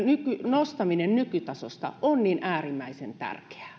nostaminen nykytasosta on niin äärimmäisen tärkeää